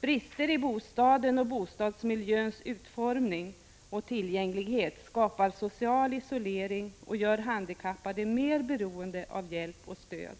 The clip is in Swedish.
Brister i bostaden och bostadsmiljöns utformning och tillgänglighet skapar social isolering och gör handikappade mer beroende av hjälp och stöd.